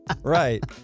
Right